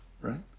right